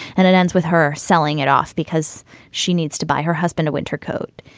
and it ends with her selling it off because she needs to buy her husband a winter coat.